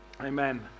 Amen